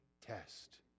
test